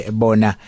bona